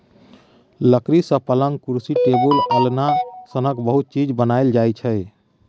लकड़ी सँ पलँग, कुरसी, टेबुल, अलना सनक बहुत चीज बनाएल जाइ छै